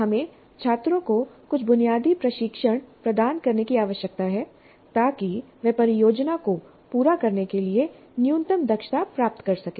हमें छात्रों को कुछ बुनियादी प्रशिक्षण प्रदान करने की आवश्यकता है ताकि वे परियोजना को पूरा करने के लिए कुछ न्यूनतम दक्षता प्राप्त कर सकें